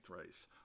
race